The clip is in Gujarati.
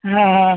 હા હા